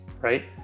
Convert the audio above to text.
right